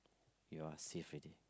you are safe ready